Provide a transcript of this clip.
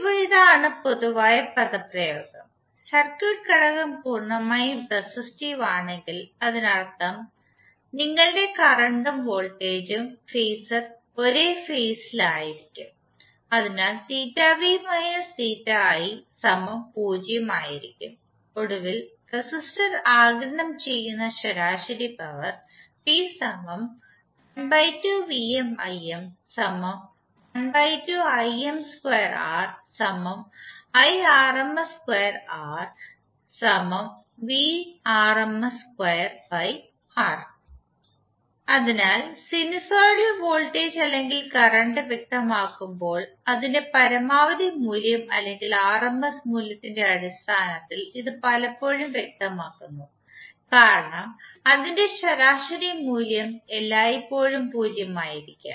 ഇപ്പോൾ ഇതാണ് പൊതുവായ പദപ്രയോഗം സർക്യൂട്ട് ഘടകം പൂർണ്ണമായും റെസിസ്റ്റീവ് ആണെങ്കിൽ അതിനർത്ഥം നിങ്ങളുടെ കറന്റ് ഉം വോൾട്ടേജും ഫേസർ ഒരേ ഫേസ് ഇൽ ആയിരിക്കും അതിനാൽ ഒടുവിൽ റെസിസ്റ്റർ ആഗിരണം ചെയ്യുന്ന ശരാശരി പവർ അതിനാൽ സിനുസോയ്ഡൽ വോൾട്ടേജ് അല്ലെങ്കിൽ കറന്റ് വ്യക്തമാക്കുമ്പോൾ അതിന്റെ പരമാവധി മൂല്യം അല്ലെങ്കിൽ ആർഎംഎസ് മൂല്യത്തിന്റെ അടിസ്ഥാനത്തിൽ ഇത് പലപ്പോഴും വ്യക്തമാക്കുന്നു കാരണം അതിന്റെ ശരാശരി മൂല്യം എല്ലായ്പ്പോഴും 0 ആയിരിക്കും